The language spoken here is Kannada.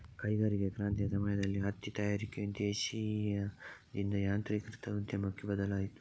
ಕೈಗಾರಿಕಾ ಕ್ರಾಂತಿಯ ಸಮಯದಲ್ಲಿ ಹತ್ತಿ ತಯಾರಿಕೆಯು ದೇಶೀಯದಿಂದ ಯಾಂತ್ರೀಕೃತ ಉದ್ಯಮಕ್ಕೆ ಬದಲಾಯಿತು